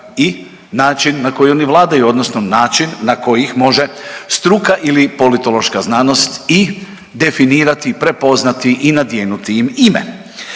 i način na koji oni vladaju odnosno način na koji ih može struka ili politološka znanost i definirati, prepoznati i nadjenuti im